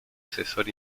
asesor